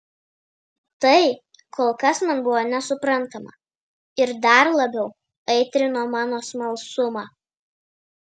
tai kol kas man buvo nesuprantama ir dar labiau aitrino mano smalsumą